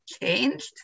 changed